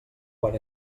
quan